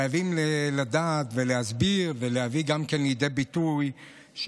חייבים לדעת ולהסביר ולהביא גם כן לידי ביטוי את